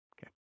Okay